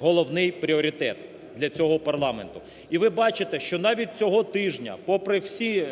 головний пріоритет для цього парламенту. І ви бачите, що навіть цього тижня попри всі…